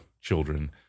children